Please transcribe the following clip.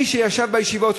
מי שישב בישיבות,